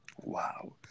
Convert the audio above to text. Wow